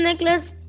necklace